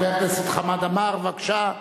חבר הכנסת חמד עמאר, בבקשה.